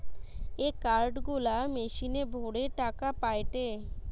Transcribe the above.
এ card গুলা মেশিনে ভরে টাকা পায়টে